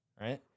right